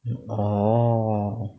orh